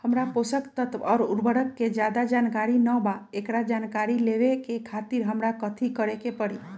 हमरा पोषक तत्व और उर्वरक के ज्यादा जानकारी ना बा एकरा जानकारी लेवे के खातिर हमरा कथी करे के पड़ी?